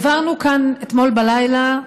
העברנו כאן אתמול בלילה,